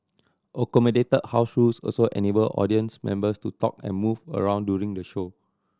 accommodated house rules also enabled audience members to talk and move around during the show